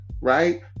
right